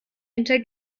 hinter